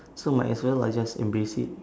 so might as well I just embrace it